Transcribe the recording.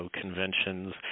conventions